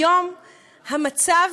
היום המצב,